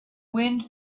wind